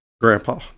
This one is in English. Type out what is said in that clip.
grandpa